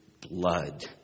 blood